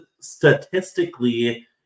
statistically